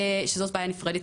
שזו בעיה נפרדת,